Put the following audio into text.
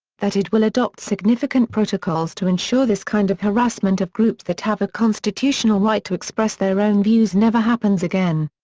that it will adopt significant protocols to ensure this kind of harassment of groups that have a constitutional right to express their own views never happens again.